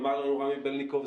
אמר לנו רמי בלניקוב,